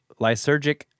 lysergic